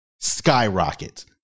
skyrocket